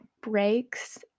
breaks